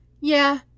Yeah